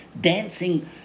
dancing